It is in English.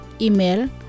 Email